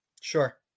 Sure